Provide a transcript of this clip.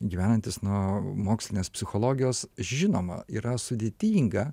gyvenantys nuo mokslinės psichologijos žinoma yra sudėtinga